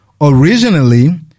Originally